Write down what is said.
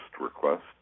request